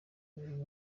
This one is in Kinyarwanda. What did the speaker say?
barimo